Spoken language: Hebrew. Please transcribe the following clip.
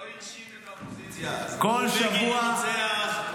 לא הרשים את האופוזיציה אז, קראו לבגין רוצח.